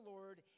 Lord